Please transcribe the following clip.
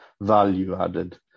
value-added